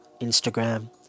Instagram